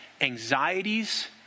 anxieties